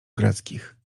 greckich